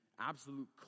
absolute